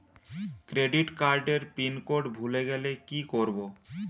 Credit কার্ডের pin code ভুলে গেলে কি করব?